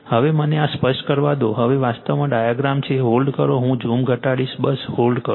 હવે મને આ સ્પષ્ટ કરવા દો હવે વાસ્તવમાં ડાયાગ્રામ છે હોલ્ડ કરો હું ઝૂમ ઘટાડીશ બસ હોલ્ડ કરો